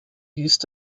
used